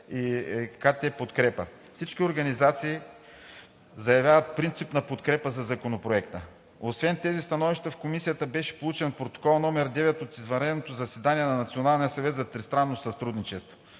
и КТ „Подкрепа“. Всички организации заявяват принципна подкрепа за Законопроекта. Освен тези становища в Комисията беше получен Протокол № 9 от извънредното заседание на Националния съвет за тристранно сътрудничество.